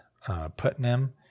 putnam